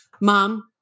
mom